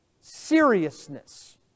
seriousness